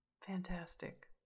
fantastic